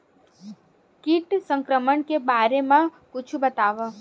कीट संक्रमण के बारे म कुछु बतावव?